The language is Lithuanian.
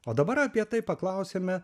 o dabar apie tai paklausėme